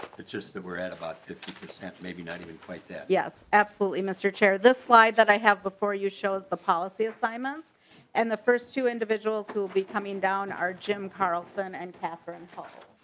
it's just that we're at about fifty percent maybe not even quite that. yes absolutely mister chair the slide that i have before you shows the policy of five months and the first two individuals to be coming down our jim carlson and catherine.